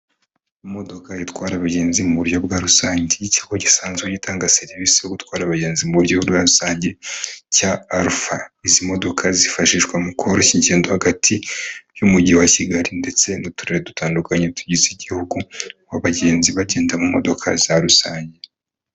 Imodoka itwara abagenzi mu buryo bwa rusange y'ikigo gisanzwe gitanga serivisi yo gutwara abagenzi mu buryo rusange cya Alpfa izi modoka zifashishwa mu koroshya ingendo hagati y'umujyi wa Kigali ndetse n'uturere dutandukanye tugize igihugu abagenzi bagenda mu modoka za rusange.